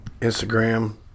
instagram